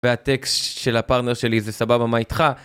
והטקסט של הפרטנר שלי זה סבבה, מה איתך?